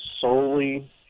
solely